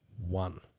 One